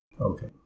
Okay